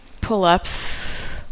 pull-ups